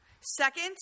Second